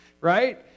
right